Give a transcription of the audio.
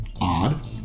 Odd